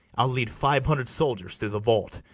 i'll lead five hundred soldiers through the vault,